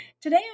Today